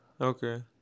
Okay